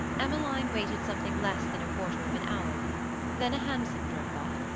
emmeline waited something less than a quarter of an hour then a hansom drove up,